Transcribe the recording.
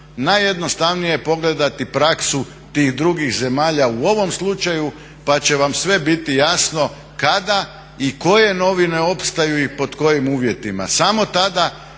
najjednostavnije je pogledati praksu tih drugih zemalja u ovom slučaju pa će vam sve biti jasno kada i koje novine opstaju i pod kojim uvjetima. Samo tada